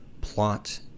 plot